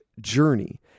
journey